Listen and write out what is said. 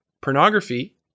pornography